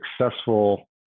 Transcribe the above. successful